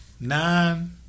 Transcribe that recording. nine